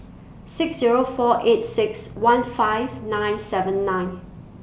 six Zero four eight six one five nine seven nine